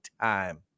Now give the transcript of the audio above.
time